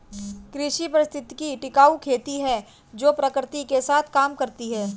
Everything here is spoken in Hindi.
कृषि पारिस्थितिकी टिकाऊ खेती है जो प्रकृति के साथ काम करती है